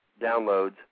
downloads